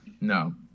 no